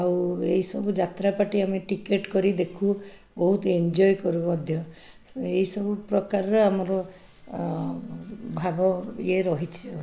ଆଉ ଏଇସବୁ ଯାତ୍ରା ପାର୍ଟି ଆମେ ଟିକେଟ୍ କରି ଦେଖୁ ବହୁତ ଏଞ୍ଜୟ କରୁ ମଧ୍ୟ ଏଇସବୁ ପ୍ରକାରର ଆମର ଭାବ ଇଏ ରହିଛି ଆଉ